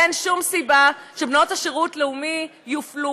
אין שום סיבה שבנות שירות לאומי יופלו.